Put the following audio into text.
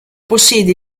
possiede